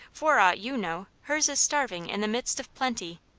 for aught you know, hers is starving in the midst of plenty.